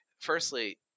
Firstly